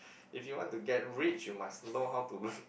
if you want to get rich you must know how to